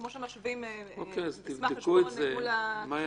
כמו שמשווים מסמך חשבון אל מול ה- -- מאיה,